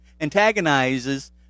antagonizes